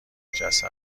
جسد